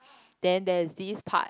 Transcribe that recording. then there is this part